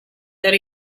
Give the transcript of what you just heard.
that